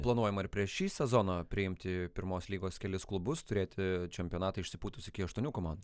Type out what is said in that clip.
planuojama ir prieš šį sezoną priimti pirmos lygos kelis klubus turėti čempionatą išsipūtusį iki aštuonių komandų